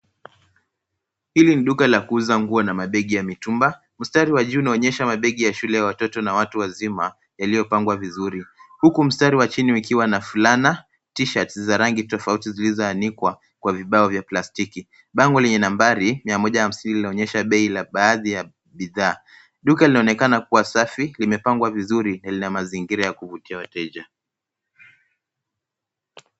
Hili ni duka la kuuza nguo na mabegi ya mitumba. Mstari wa juu unaonyesha mabegi ya shule ya watoto na watu wazima yaliyopangwa vizuri. Huku mstari wa chini, ukiwa na fulana, t-shirts za rangi tofauti zilizoanikwa kwa vibao vya plastiki. Bango lenye nambari 150 linaonyesha bei ya baadhi ya bidhaa. Duka linaonekana kuwa safi, limepangwa vizuri, na lina mandhari ya kuvutia kwa wateja.